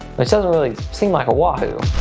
just doesn't really seem like a wahoo.